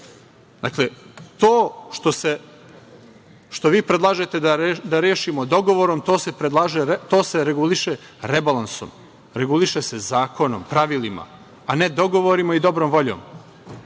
to što vi predlažete da rešimo dogovorom, to se reguliše rebalansom, reguliše se zakonom, pravilima, a ne dogovorima i dobrom voljom.